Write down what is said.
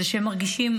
היא שהם מרגישים,